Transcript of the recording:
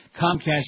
Comcast